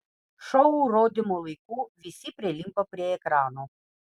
šou rodymo laiku visi prilimpa prie ekranų